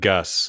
Gus